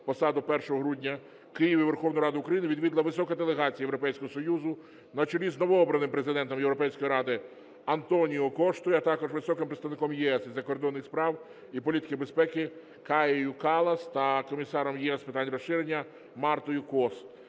посаду, 1 грудня, в Києві Верховну Раду України відвідала висока делегація Європейського Союзу на чолі з новообраним Президентом Європейської ради Антоніу Коштою, а також високим представником ЄС із закордонних справ і політики безпеки Каєю Каллас та комісаром ЄС з питань розширення Мартою Кос.